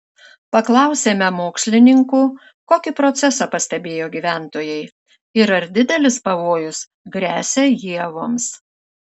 paklausėme mokslininkų kokį procesą pastebėjo gyventojai ir ar didelis pavojus gresia ievoms